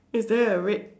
is there a red